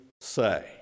say